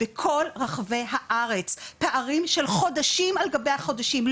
בכל רחבי הארץ פערים של חודשים על גבי חודשים.